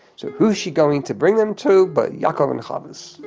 so who's she going to bring them to, but yaakov and chava's,